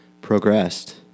progressed